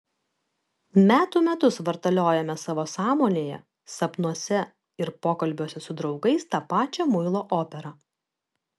metų metus vartaliojame savo sąmonėje sapnuose ir pokalbiuose su draugais tą pačią muilo operą